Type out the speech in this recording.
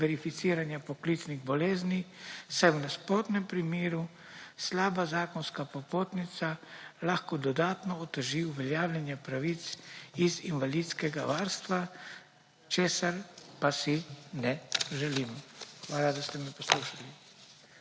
verificiranja poklicnih bolezni, saj v nasprotnem primeru slaba zakonska popotnica lahko dodatno oteži uveljavljanje pravic iz invalidskega varstva, česar pa si ne želimo. Hvala, da ste me poslušali.